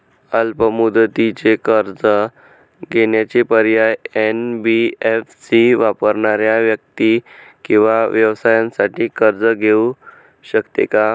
अल्प मुदतीचे कर्ज देण्याचे पर्याय, एन.बी.एफ.सी वापरणाऱ्या व्यक्ती किंवा व्यवसायांसाठी कर्ज घेऊ शकते का?